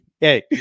hey